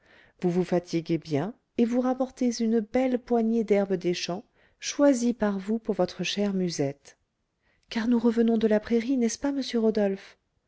vous vous fatiguez bien et vous rapportez une belle poignée d'herbes des champs choisies par vous pour votre chère musette car nous revenons par la prairie n'est-ce pas monsieur rodolphe